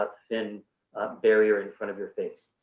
but thin barrier in front of your face.